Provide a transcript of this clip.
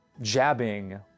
jabbing